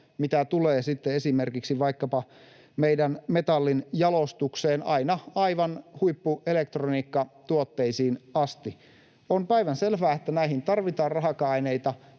mitä tulee vaikkapa meidän metallinjalostukseen aina aivan huippuelektroniikkatuotteisiin asti. On päivänselvää, että näihin tarvitaan raaka-aineita,